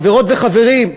חברות וחברים,